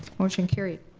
motion carried,